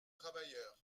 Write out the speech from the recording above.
travailleurs